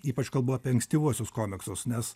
ypač kalbu apie ankstyvuosius komiksus nes